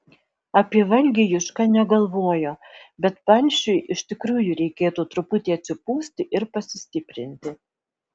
apie valgį juška negalvojo bet palšiui iš tikrųjų reikėtų truputį atsipūsti ir pasistiprinti